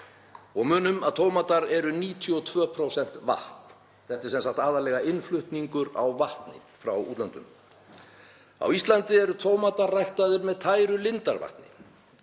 Munum að tómatar er 92% vatn — þetta er sem sagt aðallega innflutningur á vatni frá útlöndum. Á Íslandi eru tómatar ræktaðir með tæru lindarvatni,